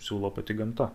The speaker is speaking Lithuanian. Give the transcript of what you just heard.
siūlo pati gamta